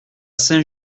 saint